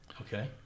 Okay